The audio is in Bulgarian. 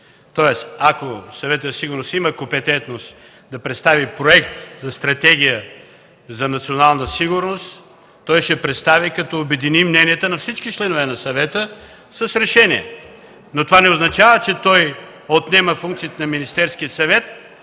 Ако Съветът за сигурност има компетентност да представи Проект на стратегия за национална сигурност, той ще я представи като обедини мненията на всички членове на съвета с решение. Но това не означава, че той отнема функциите на Министерския съвет